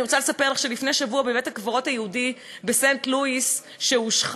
אני רוצה לספר לך שלפני שבוע בית-הקברות היהודי בסנט-לואיס הושחת,